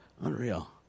Unreal